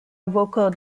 vocal